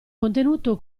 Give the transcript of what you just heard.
contenuto